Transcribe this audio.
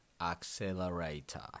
Accelerator